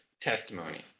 testimony